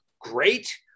great